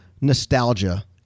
nostalgia